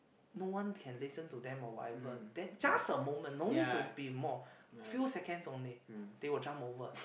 no one can listen to them or whatever then just a moment no need to be more few seconds only they will jump over